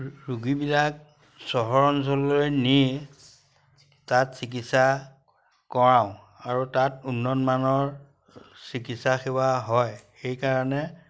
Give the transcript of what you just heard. ৰোগীবিলাক চহৰ অঞ্চললৈ নি তাত চিকিৎসা কৰাওঁ আৰু তাত উন্নতমানৰ চিকিৎসা সেৱা হয় সেইকাৰণে